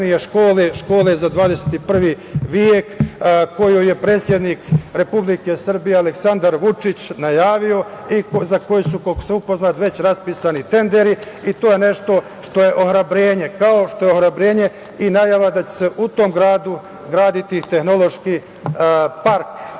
škole za 21. vek, koju je predsednik Republike Srbije, Aleksandar Vučić najavio i za koju su, koliko sam upoznat, već raspisani tenderi. To je nešto što je ohrabrenje, kao što je ohrabrenje i najava da će se u tom gradu graditi tehnološki park,